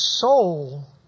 soul